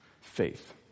faith